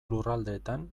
lurraldetan